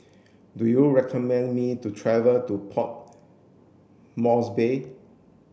do you recommend me to travel to Port Moresby